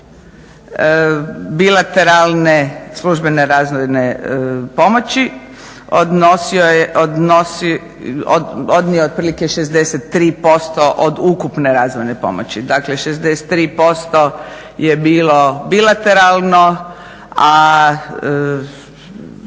bilateralne službene razvojne pomoći odnio je otprilike 63% od ukupne razvojne pomoći. Dakle, 63% je bilo bilateralno, a